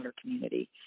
community